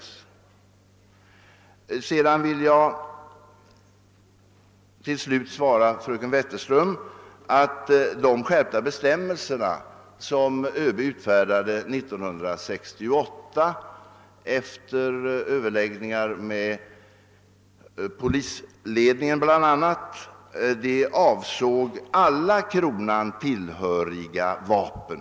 Till sist vill jag säga till fröken Wetterström att de skärpta bestämmelserna, som ÖB utfärdade 1968 efter överläggningar med bl.a. polisledningen, avsåg alla kronan tillhöriga vapen.